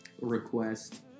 request